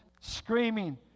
screaming